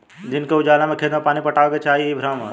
दिन के उजाला में खेत में पानी पटावे के चाही इ भ्रम ह